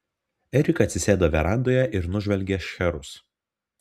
erika atsisėdo verandoje ir nužvelgė šcherus